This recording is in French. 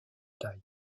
taille